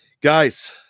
Guys